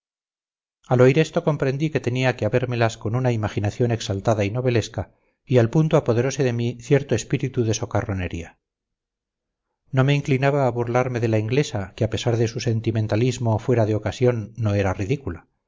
al oír esto comprendí que tenía que habérmelas con una imaginación exaltada y novelesca y al punto apoderose de mí cierto espíritu de socarronería no me inclinaba a burlarme de la inglesa que a pesar de su sentimentalismo fuera de ocasión no era ridícula